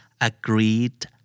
agreed